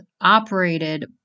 operated